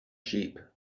sheep